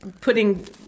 putting